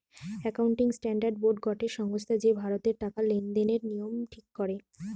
accounting standard board গটে সংস্থা যে ভারতের টাকা লেনদেনের নিয়ম ঠিক করে